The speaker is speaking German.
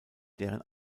deren